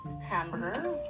hamburger